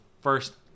first